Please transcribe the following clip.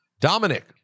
Dominic